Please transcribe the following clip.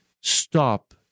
stop